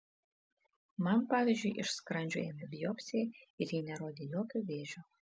man pavyzdžiui iš skrandžio ėmė biopsiją ir ji nerodė jokio vėžio